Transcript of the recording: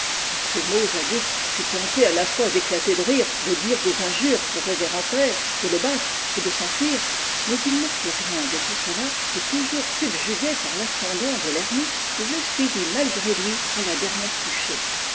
a ces mots zadig fut tenté à-la-fois d'éclater de rire de dire des injures au révérend père de le battre et de s'enfuir mais il ne fit rien de tout cela et toujours subjugué par l'ascendant de l'ermite il le suivit malgré lui à la dernière couchée